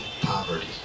poverty